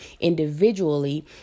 individually